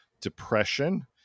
depression